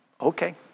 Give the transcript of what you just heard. Okay